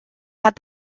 had